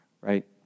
right